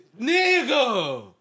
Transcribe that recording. Nigga